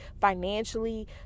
financially